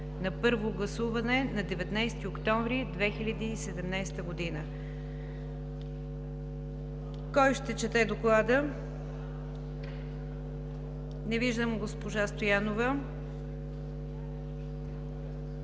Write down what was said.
на първо гласуване на 19 октомври 2017 г. Кой ще чете доклада? Не виждам госпожа Стоянова.